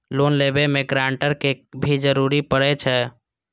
Loan लेबे में guarantor के भी जरूरी परे छै?